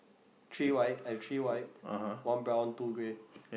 three white I have white one brown two grey